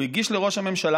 הוא הגיש לראש הממשלה,